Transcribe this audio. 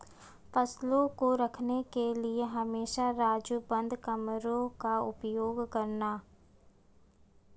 फसलों को रखने के लिए हमेशा राजू बंद कमरों का उपयोग करना